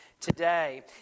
Today